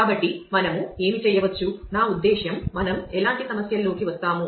కాబట్టి మనము ఏమి చేయవచ్చు నా ఉద్దేశ్యం మనం ఎలాంటి సమస్యల్లోకి వస్తామో